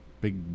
big